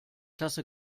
tasse